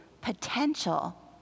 potential